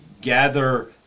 gather